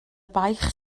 baich